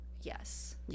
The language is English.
Yes